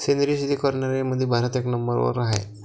सेंद्रिय शेती करनाऱ्याईमंधी भारत एक नंबरवर हाय